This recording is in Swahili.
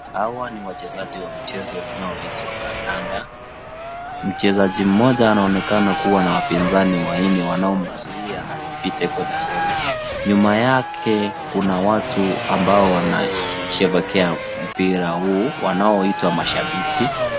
Hawa ni wachezaji wa mchezo unaoitwa kandanda. Mchezaji mmoja anaonekana kuwa na wapinzani wanne wanaomzuia asipite kwenda mbele. Nyuma yake kuna watu ambao wanashabikia mpira huu wanaoitwa mashabiki.